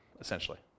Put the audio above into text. essentially